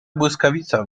błyskawica